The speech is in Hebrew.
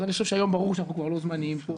אני חושב שהיום ברור שאנחנו לא זמניים כאן